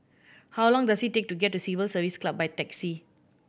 how long does it take to get to Civil Service Club by taxi